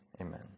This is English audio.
Amen